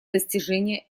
достижения